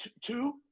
two